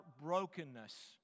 brokenness